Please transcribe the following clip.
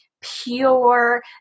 pure